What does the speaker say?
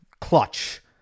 clutch